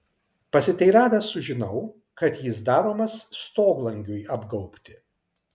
pasiteiravęs sužinau kad jis daromas stoglangiui apgaubti